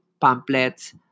pamphlets